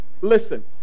Listen